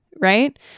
Right